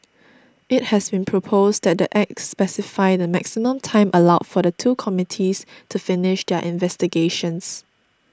it has been proposed that the Act specify the maximum time allowed for the two committees to finish their investigations